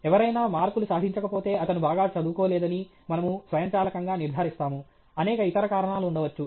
ఎవరైనా మార్కులు సాధించకపోతే అతను బాగా చదువుకోలేదని మనము స్వయంచాలకంగా నిర్ధారిస్తాము అనేక ఇతర కారణాలు ఉండవచ్చు